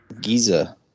Giza